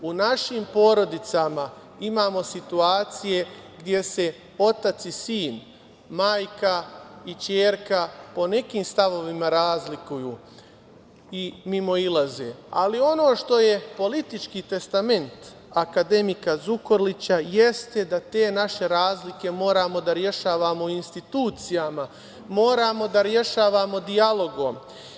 U našim porodicama imamo situacije gde se otac i sin, majka i ćerka po nekim stavovima razlikuju i mimoilaze, ali ono što je politički testament akademika Zukorlića jeste da te naše razlike moramo da rešavamo u institucijama, moramo da rešavamo dijalogom.